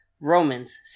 Romans